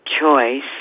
choice